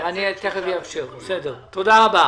תודה רבה